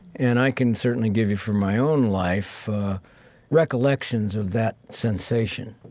and i can certainly give you from my own life recollections of that sensation.